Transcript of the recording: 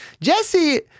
Jesse